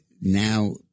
now